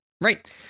Right